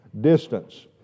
Distance